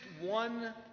one